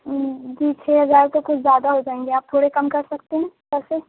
جی چھ ہزار تو کچھ زیادہ ہو جائیں گے آپ تھوڑے کم کر سکتے ہیں پیسے